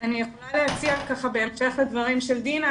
אני יכולה להציע בהמשך לדברים של דינה,